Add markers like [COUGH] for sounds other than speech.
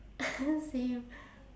[LAUGHS] same